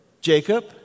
Jacob